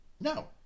No